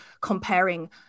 comparing